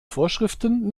vorschriften